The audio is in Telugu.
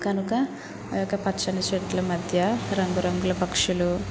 కనుక ఆకు పచ్చని చెట్ల మధ్య రంగు రంగుల పక్షులు